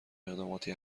اقداماتی